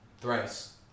Thrice